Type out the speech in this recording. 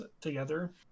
together